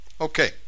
Okay